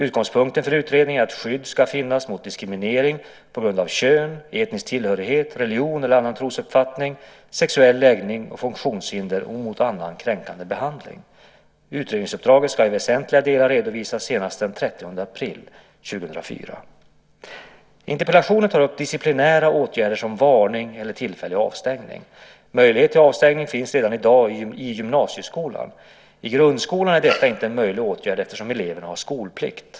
Utgångspunkten för utredningen är att skydd ska finnas mot diskriminering på grund av kön, etnisk tillhörighet, religion eller annan trosuppfattning, sexuell läggning och funktionshinder och mot annan kränkande behandling. Utredningsuppdraget ska i väsentliga delar redovisas senast den 30 april 2004. Interpellationen tar upp "disciplinära åtgärder som varning eller tillfällig avstängning". Möjligheten till avstängning finns redan i dag i gymnasieskolan. I grundskolan är detta inte en möjlig åtgärd eftersom eleverna har skolplikt.